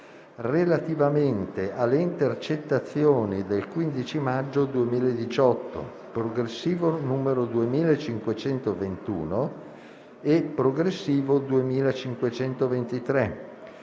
relativamente alle intercettazioni del 15 maggio 2018 - progressivo n. 2521 e progressivo n.